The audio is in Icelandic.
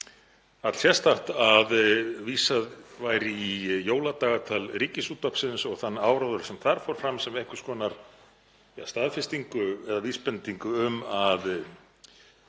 allsérstakt að vísað væri í jóladagatal Ríkisútvarpsins og þann áróður sem þar fór fram sem einhvers konar staðfestingu eða vísbendingu um að